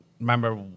remember